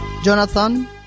Jonathan